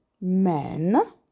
men